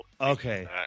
Okay